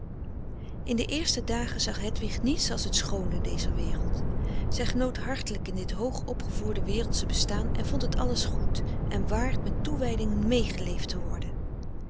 in de eerste dagen zag hedwig niets als het schoone dezer wereld zij genoot hartelijk in dit hoog opgevoerde wereldsche bestaan en vond het alles goed en waard met toewijding meegeleefd te worden